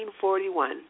1941